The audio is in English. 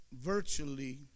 virtually